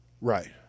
Right